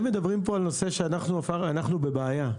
הם מדברים פה על נושא שאנחנו בבעיה בו.